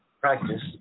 practice